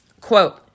quote